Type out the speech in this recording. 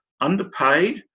underpaid